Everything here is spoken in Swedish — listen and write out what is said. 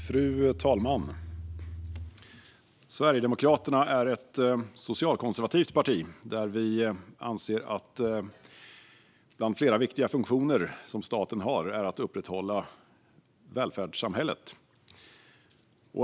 Fru talman! Sverigedemokraterna är ett socialkonservativt parti och anser att en av flera viktiga funktioner som staten har är att upprätthålla välfärdssamhället.